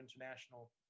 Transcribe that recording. international